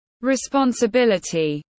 responsibility